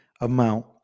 amount